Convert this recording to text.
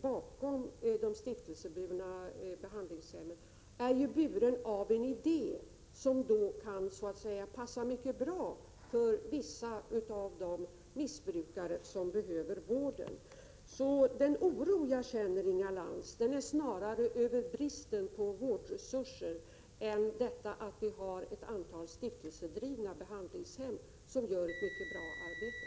bakom de stiftelseburna behandlingshemmen bygger sitt arbete på en idé som kan passa mycket bra för vissa av de missbrukare som behöver vård. Den oro jag känner, Inga Lantz, gäller snarare bristen på vårdresurser än detta att vi har ett antal stiftelsedrivna behandlingshem som gör ett mycket bra arbete.